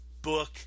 book